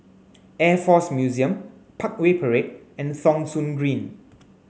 Air Force Museum Parkway Parade and Thong Soon Green